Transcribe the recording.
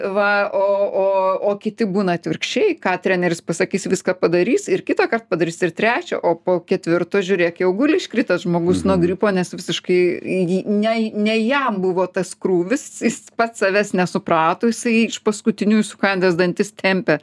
va o o o kiti būna atvirkščiai ką treneris pasakys viską padarys ir kitąkart padarys ir trečią o po ketvirto žiūrėk jau guli iškritęs žmogus nuo gripo nes visiškai jį ne ne jam buvo tas krūvis jis pats savęs nesuprato jisai iš paskutiniųjų sukandęs dantis tempė